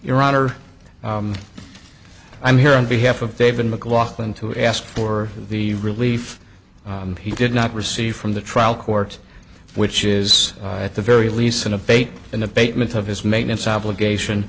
your honor i'm here on behalf of david maclaughlin to ask for the relief he did not receive from the trial court which is at the very least synovate in the basement of his maintenance obligation